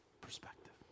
perspective